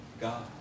God